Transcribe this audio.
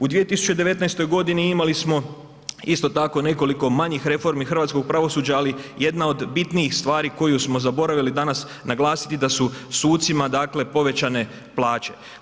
U 2019. godini imali smo isto tako nekoliko manjih reformi hrvatskog pravosuđa ali jedna od bitnijih stvari koju smo zaboravili danas naglasiti da su sucima dakle povećane plaće.